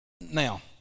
now